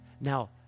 Now